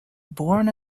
born